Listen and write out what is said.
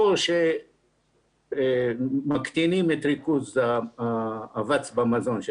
או שמקטינים את ריכוז האבץ במזון של